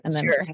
Sure